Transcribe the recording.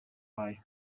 bayo